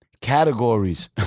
categories